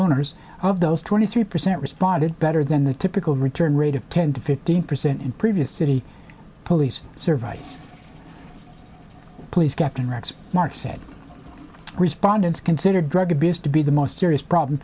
owners of those twenty three percent responded better than the typical return rate of ten to fifteen percent in previous city police survive a police captain rex marks said respondents consider drug abuse to be the most serious problem